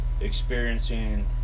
experiencing